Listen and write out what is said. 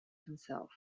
himself